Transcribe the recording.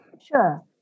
Sure